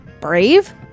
Brave